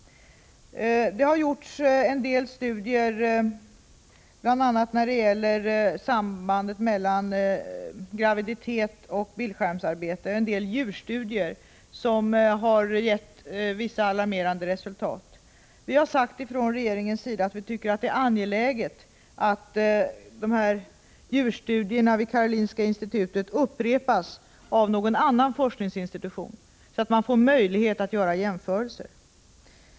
Det har gjorts en del studier bl.a. om sambandet mellan graviditetsstörningar och bildskärmsarbete, en del studier av djur som har gett vissa alarmerande resultat. Vi i regeringen har sagt att vi tycker att det är angeläget att de här djurstudierna som utförts vid Karolinska institutet upprepas av någon annan forskningsinstitution, så att man får möjlighet att göra jämförelser.